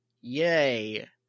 Yay